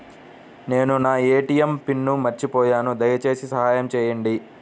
నేను నా ATM pin మర్చిపోయాను దయచేసి సహాయం చేయండి